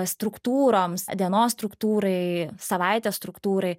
struktūroms dienos struktūrai savaitės struktūrai